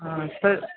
ಹಾಂ ಸರಿ